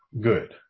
good